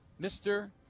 Mr